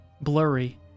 blurry